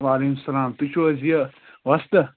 وعلیکُم السلام تُہۍ چھُو حظ یہِ وۄستہٕ